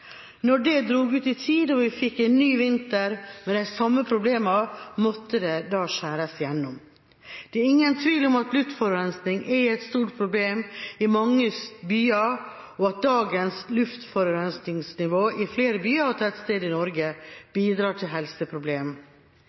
det dro ut i tid og vi fikk en ny vinter med de samme problemene, måtte det skjæres gjennom. Det er ingen tvil om at luftforurensning er et stort problem i mange byer, og at dagens luftforurensningsnivå i flere byer og tettsteder i Norge bidrar til